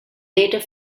later